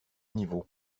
niveau